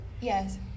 Yes